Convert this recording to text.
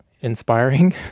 inspiring